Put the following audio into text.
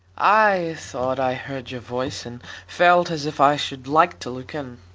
i thought i heard your voice, and felt as if i should like to look in.